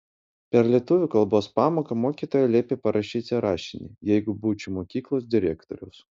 per lietuvių kalbos pamoką mokytoja liepė parašyti rašinį jeigu būčiau mokyklos direktorius